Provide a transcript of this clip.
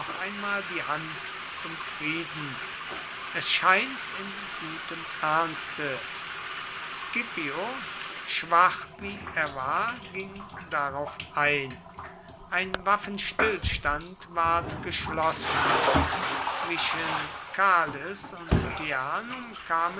einmal die hand zum frieden es scheint in gutem ernste scipio schwach wie er war ging darauf ein ein waffenstillstand ward geschlossen zwischen cales und teanum kamen